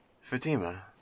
Fatima